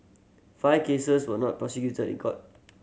five cases were not prosecuted in court